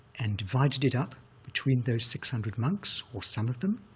and divided it up between those six hundred monks, or some of them,